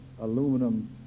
aluminum